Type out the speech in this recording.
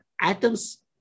atoms